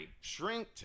shrink